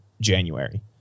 January